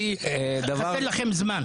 כי חסר לכם זמן.